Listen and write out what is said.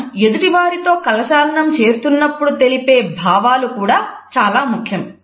మనం ఎదుటివారితో కరచాలనం చేస్తున్నప్పుడు తెలిపే భావాలు కూడా చాలా ముఖ్యం